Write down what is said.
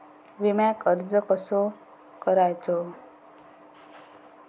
विम्याक अर्ज कसो करायचो?